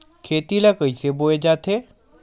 खेती ला कइसे बोय जाथे?